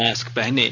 mask पहनें